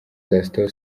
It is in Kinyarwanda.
gaston